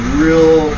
real